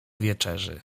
wieczerzy